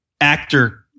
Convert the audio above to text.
actor